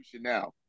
now